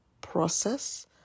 process